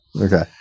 Okay